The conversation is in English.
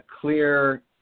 clear